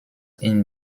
ihn